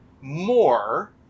more